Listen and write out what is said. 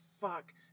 fuck